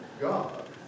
God